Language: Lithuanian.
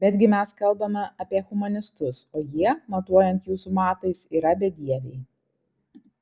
betgi mes kalbame apie humanistus o jie matuojant jūsų matais yra bedieviai